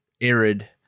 arid